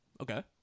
Okay